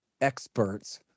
experts